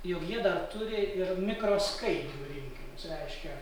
jog jie dar turi ir mikroskaidrių rinkinius reiškia